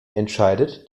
entscheidet